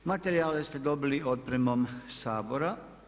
Materijale ste dobili otpremom Sabora.